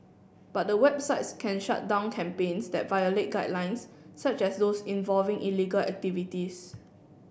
but the websites can shut down campaigns that violate guidelines such as those involving illegal activities